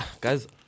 Guys